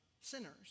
sinners